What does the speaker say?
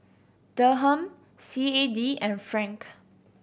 Dirham C A D and Franc